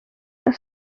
some